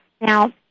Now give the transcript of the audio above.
Now